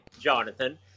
Jonathan